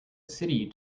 city